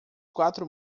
quatro